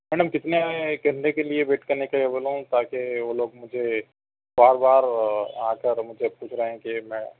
madam کتنے گھنٹے کے لیے ویٹ کرنے کے لیے بولوں تاکہ وہ لوگ مجھے بار بار آ کر مجھے پوچھ رہے ہیں کہ میں